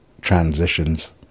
transitions